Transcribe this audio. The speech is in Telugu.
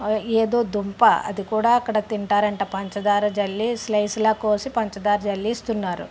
ఏదో దుంప అది కూడా అక్కడ తింటారంట పంచదార చల్లి స్లైస్లా కోసి పంచదార చల్లి ఇస్తున్నారు